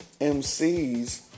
MCs